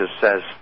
says